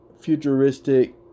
futuristic